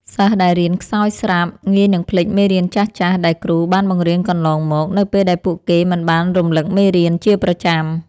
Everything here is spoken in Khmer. សិស្សដែលរៀនខ្សោយស្រាប់ ងាយនឹងភ្លេចមេរៀនចាស់ៗដែលគ្រូបានបង្រៀនកន្លងមក នៅពេលដែលពួកគេមិនបានរំលឹកមេរៀនជាប្រចាំ។